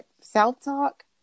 self-talk